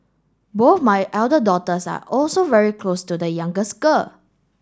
both my elder daughters are also very close to the youngest girl